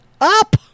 up